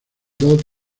dos